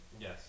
Yes